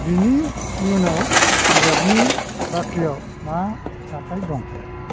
बिनि इयुनाव बिजाबनि बाख्रियाव मा जाथाय दं